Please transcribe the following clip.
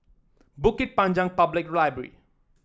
Bukit Panjang Public Library